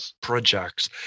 Projects